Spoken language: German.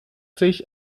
sich